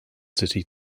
city